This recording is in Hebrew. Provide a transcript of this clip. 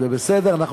זה בסדר,